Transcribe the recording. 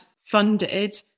funded